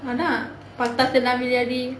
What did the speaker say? அதான் கோட்டதிலே வியாதி:athaan kottathilae viyaathi